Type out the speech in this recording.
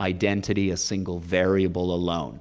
identity, a single variable alone.